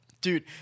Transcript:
Dude